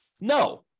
no